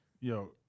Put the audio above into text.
Yo